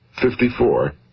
Fifty-four